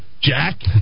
Jack